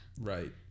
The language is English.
Right